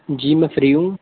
جی میں فری ہوں